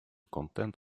contend